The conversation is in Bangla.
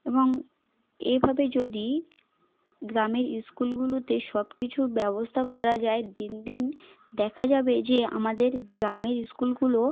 এবং এভাবে যদি গ্রামের স্কুলগুলোতে সব কিছুর ব্যবস্থা করা যায় দিন দিন দেখা যাবে যে আমাদের গ্রামের স্কুলগুলো